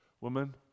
Woman